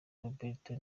roberto